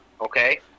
Okay